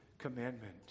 commandment